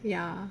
ya